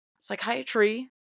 psychiatry